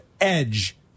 edge